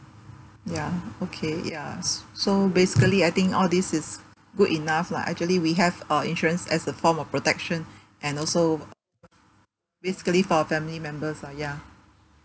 ya okay ya s~ so basically I think all this is good enough lah actually we have uh insurance as a form of protection and also basically for our family members ah ya